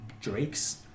drakes